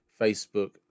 Facebook